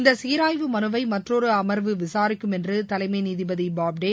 இந்த சீராய்வு மனுவை மற்றொரு அமர்வு விசாரிக்கும் என்று தலைமை நீதிபதி போப்தே